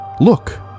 Look